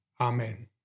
Amen